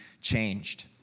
changed